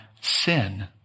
sin